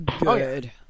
good